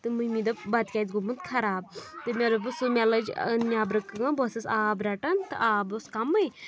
تہٕ مٔمی دوٚپ بَتہٕ کیٚازِ گوٚمُت خراب تہٕ مےٚ دوٚپُس مےٚ لٔجۍ نیٚبرٕ کٲم بہٕ ٲسٕس آب رَٹان تہٕ آب اوس کَمے